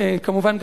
כמובן,